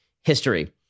history